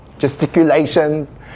gesticulations